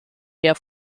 her